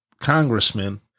congressman